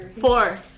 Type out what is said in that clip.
four